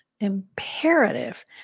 imperative